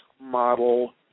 model